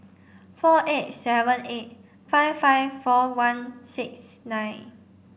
four eight seven eight five five four one six nine